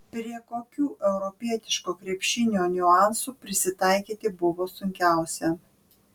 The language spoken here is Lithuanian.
prie kokių europietiško krepšinio niuansų prisitaikyti buvo sunkiausia